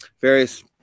various